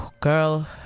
Girl